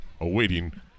awaiting